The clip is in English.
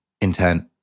intent